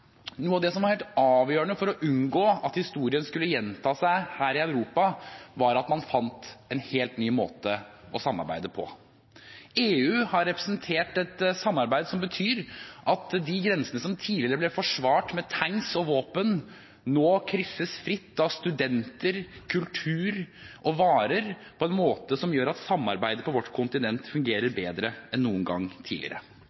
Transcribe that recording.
Noe av det som var helt avgjørende for å unngå at historien skulle gjenta seg her i Europa, var at man fant en helt ny måte å samarbeide på. EU har representert et samarbeid som betyr at de grensene som tidligere ble forsvart med tanks og våpen, nå krysses fritt av studenter, kultur og varer på en måte som gjør at samarbeidet på vårt kontinent fungerer bedre enn noen gang tidligere.